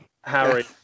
Harry